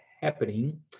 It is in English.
happening